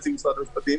נציג משרד המשפטים,